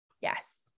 Yes